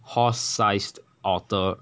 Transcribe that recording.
horse sized otter